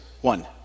One